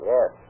Yes